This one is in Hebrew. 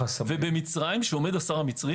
ובמצרים שעומד השר המצרי,